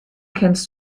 kennst